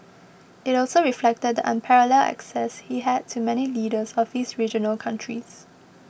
it also reflected the unparalleled access he had to many leaders of these regional countries